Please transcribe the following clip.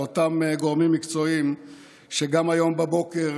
לאותם גורמים מקצועיים שגם היום בבוקר